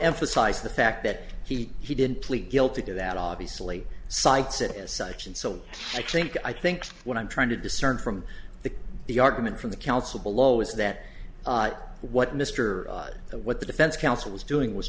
emphasize the fact that he he didn't plead guilty to that obviously cites it as such and so i think i think what i'm trying to discern from the the argument from the counsel below is that what mr the what the defense counsel was doing was